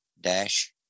dash